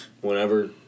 whenever